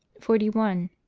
forty one.